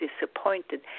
disappointed